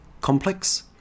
complex